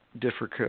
difficult –